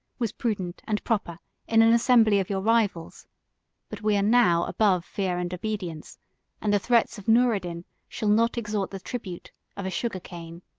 was prudent and proper in an assembly of your rivals but we are now above fear and obedience and the threats of noureddin shall not extort the tribute of a sugar-cane.